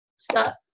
Stop